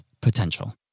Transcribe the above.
Potential